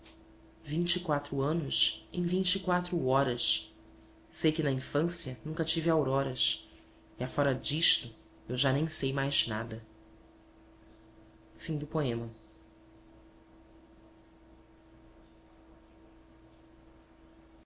vinte e quatro anos em vinte e quatro horas sei que na infância nunca tive auroras e afora disto eu já nem sei mais nada na